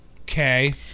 Okay